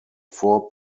four